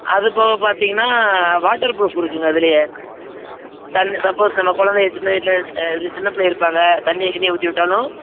அது போக பார்த்தீங்கன்னா வாட்டர் ப்ரூஃப் இருக்குங்க அதிலேயே தண்ணி சப்போஸ் நம்ம கொழந்தைங்க சின்ன வீட்டில் இது சின்னப் பிள்ளைக இருப்பாங்க தண்ணியை கிண்ணியை ஊற்றி விட்டாலும்